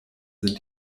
sind